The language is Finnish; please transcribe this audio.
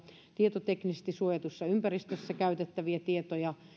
tietoteknisesti suojatussa ympäristössä käytettäviä tietoja